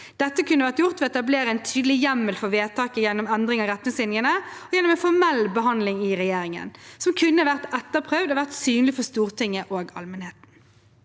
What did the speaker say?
Dette kunne vært gjort ved å etablere en tydelig hjemmel for vedtaket gjennom endring av retningslinjene og gjennom en formell behandling i regjeringen, som kunne vært etterprøvd og vært synlig for Stortinget og allmenheten.